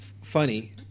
funny